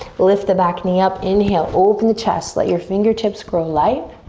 lift the back knee up, inhale, open the chest, let your fingertips go light.